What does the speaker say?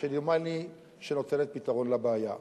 שדומני נותנת פתרון לבעיה.